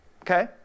okay